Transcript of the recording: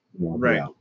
right